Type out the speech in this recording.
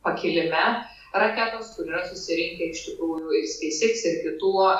pakilime raketos kur yra susirinkę iš tikrųjų ir speis iks ir kitų